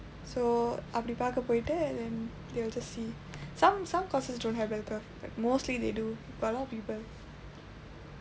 so I'll be அப்படி பார்க்க போயிட்டு:appadi paarkka pooyitdu then they will just see some some courses don't have bell curve but mostly they do got a lot of people